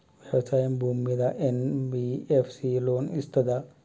వ్యవసాయం భూమ్మీద NBFS loan ఇస్తదా?